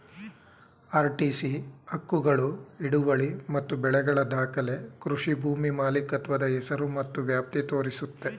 RTC ಹಕ್ಕುಗಳು ಹಿಡುವಳಿ ಮತ್ತು ಬೆಳೆಗಳ ದಾಖಲೆ ಕೃಷಿ ಭೂಮಿ ಮಾಲೀಕತ್ವದ ಹೆಸರು ಮತ್ತು ವ್ಯಾಪ್ತಿ ತೋರಿಸುತ್ತೆ